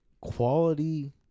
quality